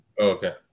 Okay